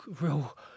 real